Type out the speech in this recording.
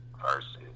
versus